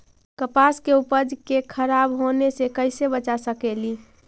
कपास के उपज के खराब होने से कैसे बचा सकेली?